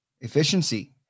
efficiency